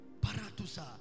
Paratusa